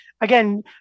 again